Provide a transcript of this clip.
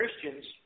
Christians